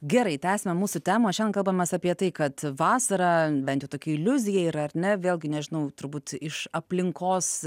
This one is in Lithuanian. gerai tęsiame mūsų temą o šian kalbamės apie tai kad vasarą bent tokia iliuzija yra ar ne vėlgi nežinau turbūt iš aplinkos